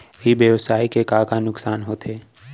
ई व्यवसाय के का का नुक़सान होथे?